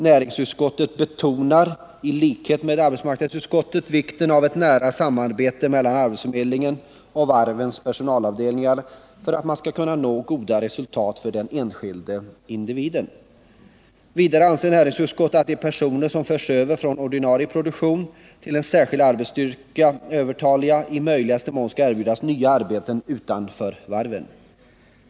Näringsutskottet betonar i likhet med arbetsmarknadsutskottet vikten av ett nära samarbete mellan arbetsförmedlingen och varvens personalavdelningar för att man skall kunna nå goda resultat för den enskilde individen. Vidare anser näringsutskottet att de personer som förs över från den ordinarie produktionen till en särskild arbetsstyrka, bestående av övertaliga, i möjligaste mån skall erbjudas nya arbeten utanför varven.